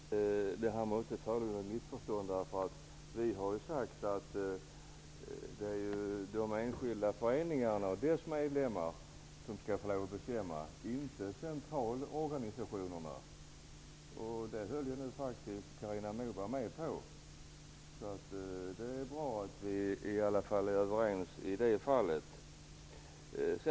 Herr talman! Det måste föreligga något missförstånd. Vi har ju sagt att det är de enskilda föreningarna och deras medlemmar som skall bestämma, inte centralorganisationerna. Det höll nu Carina Moberg med om, och det är bra att vi åtminstone är överens i det fallet.